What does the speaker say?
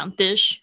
dish